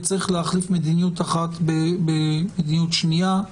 וצריך להחליף מדיניות אחת במדיניות שנייה.